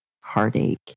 heartache